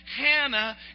Hannah